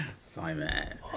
Simon